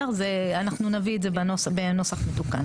אנחנו נביא את זה בנוסח מתוקן,